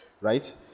right